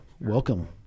welcome